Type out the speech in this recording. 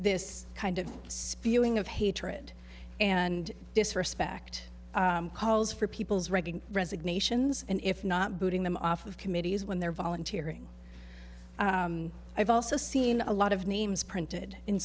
this kind of spewing of hatred and disrespect calls for people's reading resignations and if not booting them off of committees when they're volunteering i've also seen a lot of names printed in